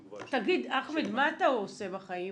אחמד, מה אתה עושה בחיים?